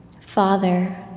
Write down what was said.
Father